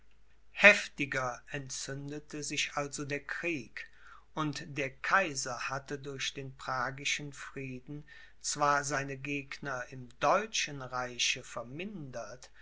heftiger entzündete sich also der krieg und der kaiser hatte durch den pragischen frieden zwar seine gegner im deutschen reiche vermindert